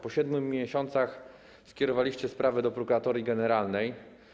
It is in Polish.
Po 7 miesiącach skierowaliście sprawę do prokuratorii generalnej.